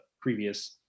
previous